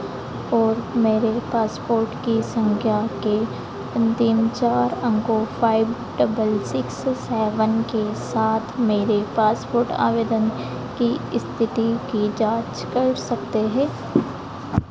और मेरे पासपोर्ट की संख्या के अंतिम चार अंकों फाइफ़ डबल सिक्स सेवन के साथ मेरे पासपोर्ट आवेदन की स्थिति की जाँच कर सकते हैं